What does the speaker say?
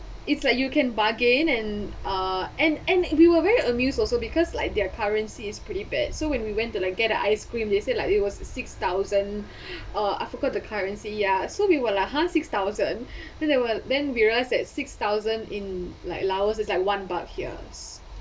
it's like you can bargain and uh and and we were very amused also because like their currencies is pretty bad so when we went to like get ice cream they said like it was six thousand uh I forgot the currency ya so we will like !huh! six thousand then we were then we all said six thousand in like laos is like one buck here